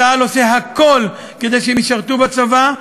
צה"ל עושה הכול כדי שהם ישרתו בצבא,